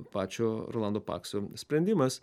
pačio rolando pakso sprendimas